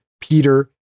Peter